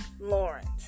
Lawrence